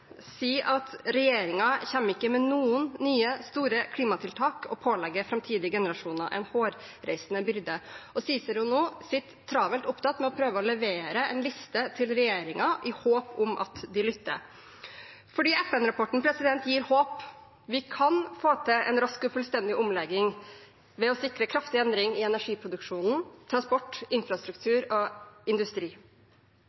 ikke kommer med noen nye, store klimatiltak, og at de pålegger framtidige generasjoner en hårreisende byrde. CICERO sitter nå travelt opptatt med å prøve å levere en liste til regjeringen i håp om at de lytter. FN-rapporten gir håp. Vi kan få til en rask og fullstendig omlegging ved å sikre kraftig endring i energiproduksjonen, transport,